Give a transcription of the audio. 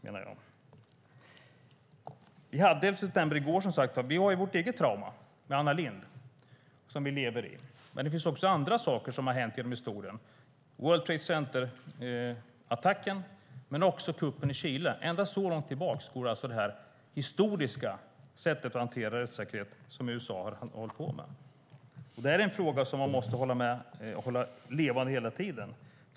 Det var som sagt den 11 september i går. Vi har vårt eget trauma detta datum som vi lever med, mordet på Anna Lindh. Även andra saker har hänt i historien detta datum: World Trade Center-attacken och kuppen i Chile. Så långt tillbaka i historien går detta sätt som USA hanterar rättssäkerhet på. Denna fråga måste hållas levande hela tiden.